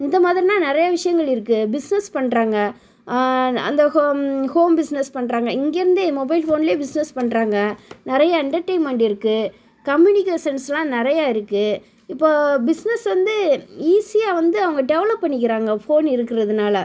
இந்த மாதிரினா நிறைய விஷயங்கள் இருக்கு பிஸ்னஸ் பண்ணுறாங்க அந்த ஹொம் ஹோம் பிஸ்னஸ் பண்ணுறாங்க இங்கேருந்தே மொபைல் ஃபோன்லே பிஸ்னஸ் பண்ணுறாங்க நிறைய எண்டர்டைன்மெண்ட் இருக்குது கம்யூனிகேஷன்ஸ்லாம் நிறைய இருக்குது இப்போது பிஸ்னஸ் வந்து ஈஸியாக வந்து அவங்க டெவலப் பண்ணிக்கிறாங்க ஃபோன் இருக்கிறதுனால